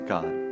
God